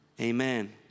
Amen